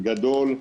גדול,